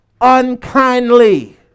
unkindly